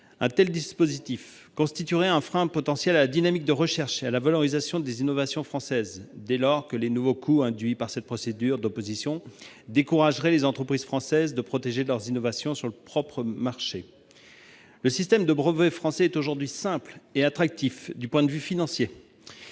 Un tel dispositif constituerait un frein potentiel à la dynamique de recherche et à la valorisation des innovations françaises, dès lors que les nouveaux coûts induits par cette procédure d'opposition décourageraient les entreprises françaises de protéger leurs innovations sur leur propre marché. Le système de brevet français est aujourd'hui simple et attractif du point de vue financier.